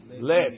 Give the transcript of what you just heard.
Let